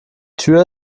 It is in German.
tür